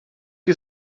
que